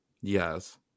Yes